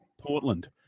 Portland